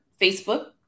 Facebook